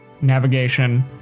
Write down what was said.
navigation